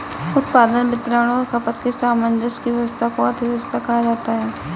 उत्पादन, वितरण और खपत के सामंजस्य की व्यस्वस्था को अर्थव्यवस्था कहा जाता है